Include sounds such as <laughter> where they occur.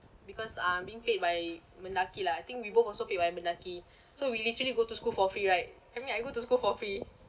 because um being paid by mendaki lah I think we both also paid by mendaki <breath> so we literally go to school for free right I mean I go to school for free